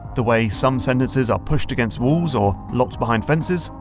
the way some sentences are pushed against walls or locked behind fences,